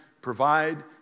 provide